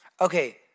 Okay